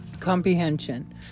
comprehension